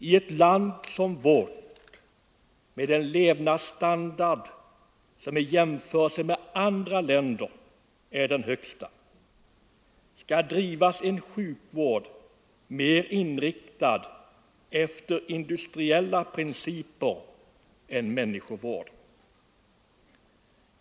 I ett land som vårt med en levnadsstandard som i jämförelse med andra länders är den högsta, skall det drivas en sjukvård mer inriktad efter industriella principer än människovård.